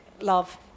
love